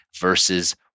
versus